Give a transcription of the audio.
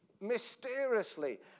mysteriously